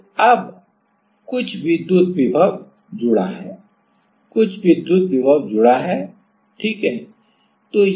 तो अब कुछ विद्युत विभव जुड़ा है कुछ विद्युत विभव जुड़ा है ठीक है